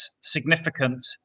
significant